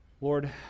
Lord